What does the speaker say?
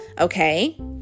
Okay